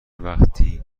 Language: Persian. وقتی